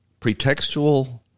pretextual